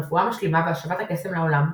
רפואה משלימה והשבת הקסם לעולם,